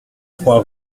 trois